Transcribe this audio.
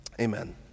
Amen